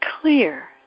clear